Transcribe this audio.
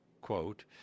quote